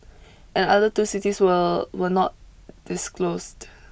and other two cities will were not disclosed